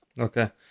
Okay